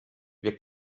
wir